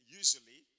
usually